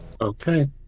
Okay